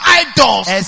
idols